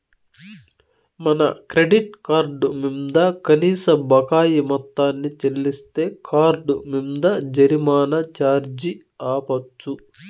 మన credit card మింద కనీస బకాయి మొత్తాన్ని చెల్లిస్తే కార్డ్ మింద జరిమానా ఛార్జీ ఆపచ్చు